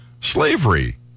slavery